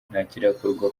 ntakirakorwa